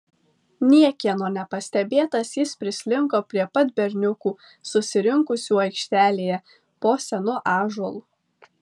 niekieno nepastebėtas jis prislinko prie pat berniukų susirinkusių aikštelėje po senu ąžuolu